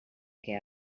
què